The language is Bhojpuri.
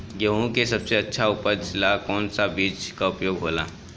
गेहूँ के सबसे अच्छा उपज ला कौन सा बिज के उपयोग होला?